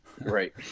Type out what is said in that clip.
Right